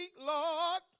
Lord